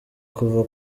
kuva